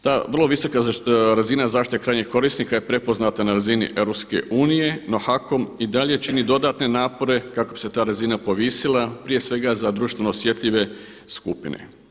Ta vrlo visoka razina zaštite krajnjeg korisnika je prepoznata na razini EU, no HAKOM i dalje čini dodatne napore kako bi se ta razina povisila prije svega za društveno osjetljive skupine.